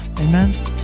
Amen